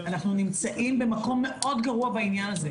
בעניין הזה אנחנו נמצאים במקום מאוד גרוע.